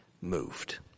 moved